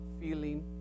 feeling